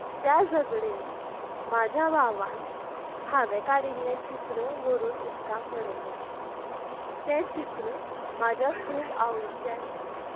त्या झगड्येन म्हज्या भावान हांवें काडिल्ले चित्र व्हरून उदकांत उडयलें तें चित्र म्हाज्या खूब आवडीचे आशिल्ले